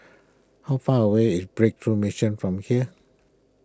how far away is Breakthrough Mission from here